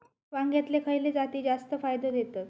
वांग्यातले खयले जाती जास्त फायदो देतत?